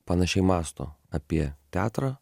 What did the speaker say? panašiai mąsto apie teatrą